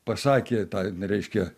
pasakė tą reiškia